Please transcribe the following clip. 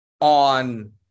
on